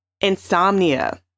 Insomnia